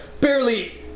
barely